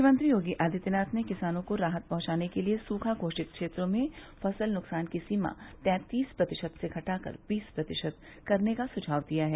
मुख्यमंत्री योगी आदित्यनाथ ने किसानों को राहत पहुंचाने के लिए सुखा घोषित क्षेत्रों में फसल नुकसान की सीमा तैंतीस प्रतिशत से घटाकर बीस प्रतिशत करने का सुझाव दिया है